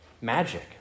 magic